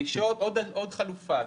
עוד חלופה.